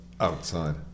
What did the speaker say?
outside